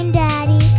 daddy